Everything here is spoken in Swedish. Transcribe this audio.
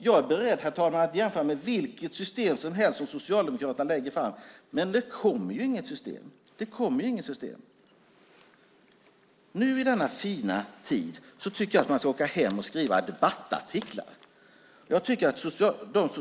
Jag är beredd att jämföra med vilket system som helst som Socialdemokraterna lägger fram, men det kommer inget system. I denna fina tid tycker jag att man ska åka hem och skriva debattartiklar.